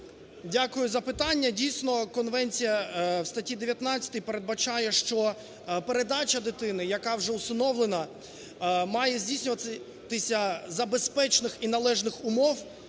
Дякую за запитання. Дійсно, конвенція в статті 19 передбачає, що передача дитини, яка вже усиновлена, має здійснюватися за безпечних і належних умов